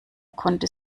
konnte